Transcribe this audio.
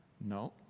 No